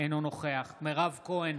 אינו נוכח מירב כהן,